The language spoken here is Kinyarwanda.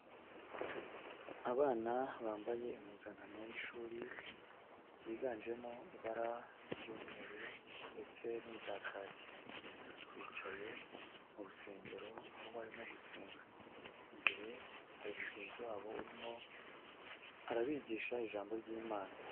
Abana bambaye impuzankano y'ishuri yiganjemo ibara ry'umweru ndetse n'irya kaki, bicaye mu rusengero aho barimo gusenga, imbere hari mugenzi wabo urimo arabigisha ijambo ry'Imana.